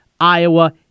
Iowa